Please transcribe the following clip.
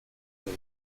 dugu